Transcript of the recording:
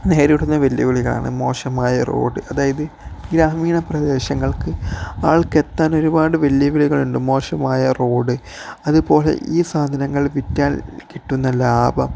നേരിടുന്ന വെല്ലുവിളികളാണ് മോശമായ റോഡ് അതായത് ഗ്രാമീണ പ്രദേശങ്ങളിലേക്ക് ആളുകൾക്കെത്താൻ ഒരുപാട് വെല്ലുവിളികളുണ്ട് മോശമായ റോഡ് അതുപോലെ ഈ സാധനങ്ങൾ വിറ്റാല് കിട്ടുന്ന ലാഭം